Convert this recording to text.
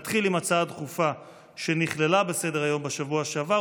נתחיל עם הצעה דחופה שנכללה בסדר-היום בשבוע שעבר,